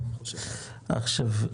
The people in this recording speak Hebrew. עכשיו,